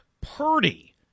Purdy